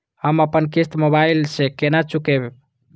हम अपन किस्त मोबाइल से केना चूकेब?